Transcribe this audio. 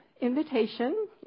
invitation